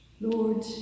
Lord